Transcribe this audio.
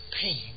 pain